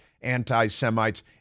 anti-Semites